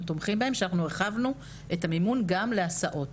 תומכים בהם שאנחנו הרחבנו את המימון גם להסעות,